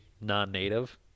non-native